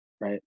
right